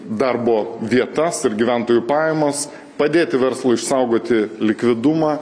darbo vietas ir gyventojų pajamas padėti verslui išsaugoti likvidumą